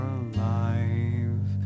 alive